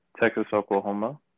Texas-Oklahoma